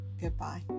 Goodbye